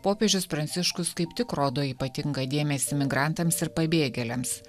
popiežius pranciškus kaip tik rodo ypatingą dėmesį migrantams ir pabėgėliams